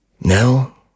Now